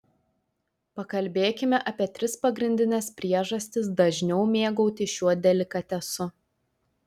pakalbėkime apie tris pagrindines priežastis dažniau mėgautis šiuo delikatesu